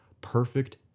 perfect